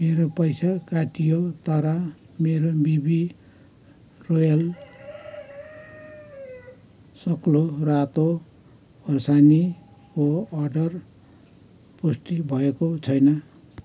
मेरो पैसा काटियो तर मेरो बिबी रोयल सग्लो रातो खोर्सानीको अर्डर पुष्टि भएको छैन